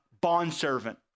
bondservant